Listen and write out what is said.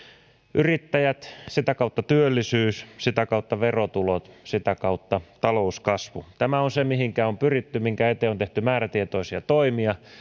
yrittäjät sitä kautta työllisyys sitä kautta verotulot sitä kautta talouskasvu tämä on se mihinkä on pyritty minkä eteen on tehty määrätietoisia toimia